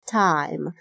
time